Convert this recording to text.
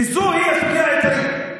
וזוהי הסוגיה העיקרית.